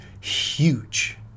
huge